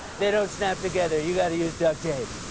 they don't snap together. you got to use duct tape.